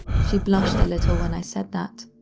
she blushed a little when i said that.